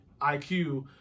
IQ